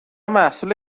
محصول